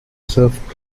serf